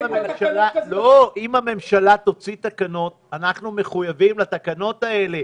אם הממשלה תוציא תקנות אנחנו מחויבים לתקנות האלה.